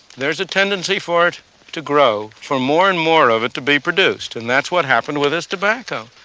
there's a tendency for it to grow, for more and more of it to be produced, and that's what happened with this tobacco.